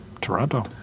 toronto